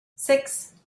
six